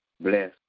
Bless